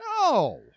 no